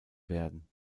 werden